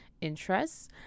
interests